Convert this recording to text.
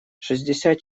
шестьдесят